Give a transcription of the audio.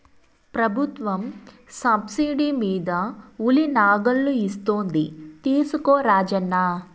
ప్రభుత్వం సబ్సిడీ మీద ఉలి నాగళ్ళు ఇస్తోంది తీసుకో రాజన్న